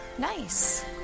Nice